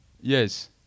Yes